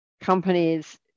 companies